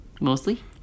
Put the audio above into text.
Mostly